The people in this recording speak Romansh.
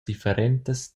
differentas